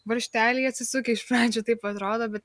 varžteliai atsisukę iš pradžių taip atrodo bet